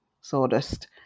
sawdust